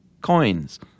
coins